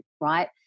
right